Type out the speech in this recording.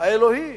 האלוהי